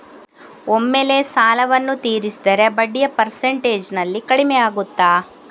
ಒಮ್ಮೆಲೇ ಸಾಲವನ್ನು ತೀರಿಸಿದರೆ ಬಡ್ಡಿಯ ಪರ್ಸೆಂಟೇಜ್ನಲ್ಲಿ ಕಡಿಮೆಯಾಗುತ್ತಾ?